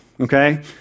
okay